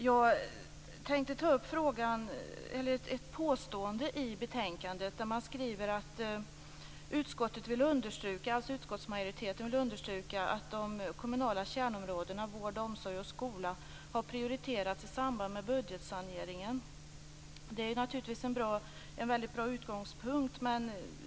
Jag tänkte ta upp ett påstående i betänkandet, där man skriver att utskottsmajoriteten vill understryka att de kommunala kärnområdena vård, omsorg och skola har prioriterats i samband med budgetsaneringen. Det är naturligtvis en väldigt bra utgångspunkt.